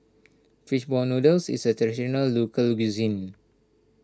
Fish Ball Noodles is a Traditional Local Cuisine